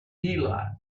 heelot